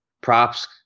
props